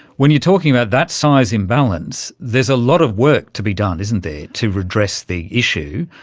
when you're talking about that size imbalance, there's a lot of work to be done, isn't there, too redress the issue.